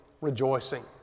rejoicing